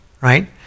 right